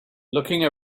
looking